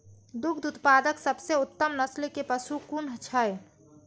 दुग्ध उत्पादक सबसे उत्तम नस्ल के पशु कुन छै?